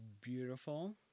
beautiful